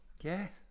Yes